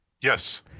Yes